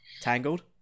Tangled